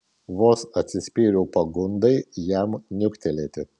vos atsispyriau pagundai jam niuktelėti